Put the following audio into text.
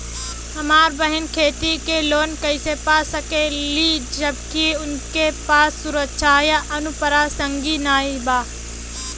हमार बहिन खेती के लोन कईसे पा सकेली जबकि उनके पास सुरक्षा या अनुपरसांगिक नाई बा?